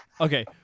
okay